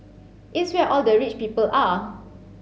it's where all the rich people are